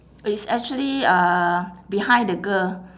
is actually uh behind the girl